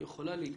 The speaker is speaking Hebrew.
יכולה להתקיים.